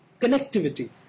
connectivity